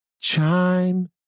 chime